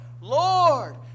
Lord